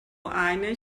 einer